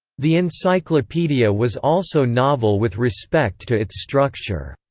the encyclopedia was also novel with respect to its structure.